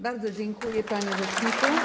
Bardzo dziękuję, panie rzeczniku.